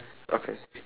okay